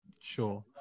Sure